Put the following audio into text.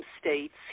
states